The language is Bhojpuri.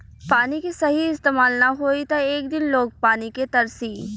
पानी के सही इस्तमाल ना होई त एक दिन लोग पानी के तरसी